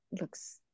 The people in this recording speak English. looks